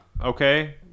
okay